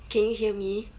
can you hear me